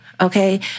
Okay